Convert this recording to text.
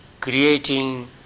creating